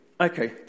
okay